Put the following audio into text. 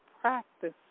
practice